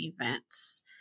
events